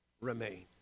remain